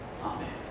Amen